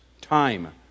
time